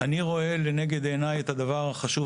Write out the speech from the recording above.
אני רואה לנגד עיניי את הדבר החשוב